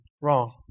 wrong